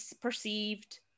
perceived